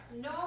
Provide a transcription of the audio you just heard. No